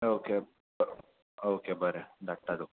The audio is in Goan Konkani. ओके ओके ओके बरें धाडटा राव